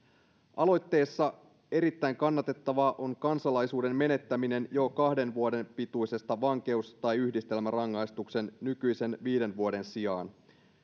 aloitteessa erittäin kannatettavaa on kansalaisuuden menettäminen jo kahden vuoden pituisesta vankeus tai yhdistelmärangaistuksesta nykyisen viiden vuoden sijaan